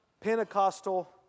Pentecostal